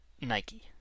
Nike